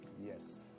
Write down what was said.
Yes